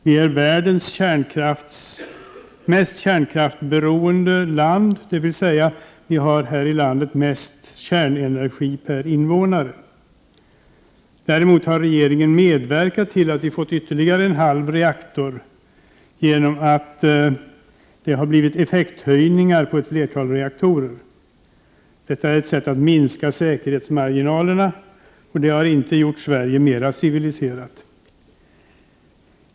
Vi är världens mest kärnkraftsberoende land, dvs. vi har här i landet mest kärnenergi per invånare. Däremot har regeringen medverkat till att vi fått ytterligare en halv reaktor genom att det blivit effekthöjningar på ett flertal reaktorer. Detta är ett sätt att minska säkerhetsmarginalerna, och det har inte gjort Sverige mer civiliserat.